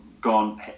gone